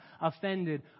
offended